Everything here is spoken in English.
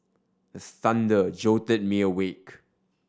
the thunder jolt me awake